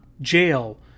jail